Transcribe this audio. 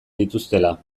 dituztela